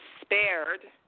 spared